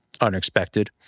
unexpected